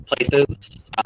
places